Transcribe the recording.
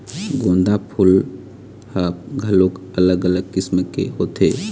गोंदा फूल ह घलोक अलग अलग किसम के होथे